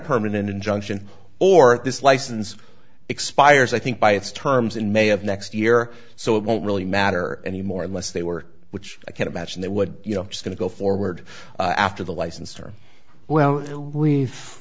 permanent injunction or this license expires i think by its terms in may of next year so it won't really matter anymore unless they were which i can't imagine they would you know it's going to go forward after the license or well we've